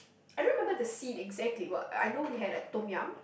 I don't remember the scene exactly but I know we had like Tom-Yum